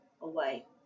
away